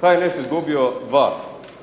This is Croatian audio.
HNS izgubio dva